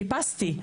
חיפשתי,